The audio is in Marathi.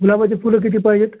गुलाबाचे फुलं किती पाहिजेत